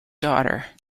daughter